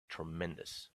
tremendous